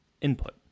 input